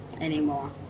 anymore